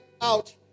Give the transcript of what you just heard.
out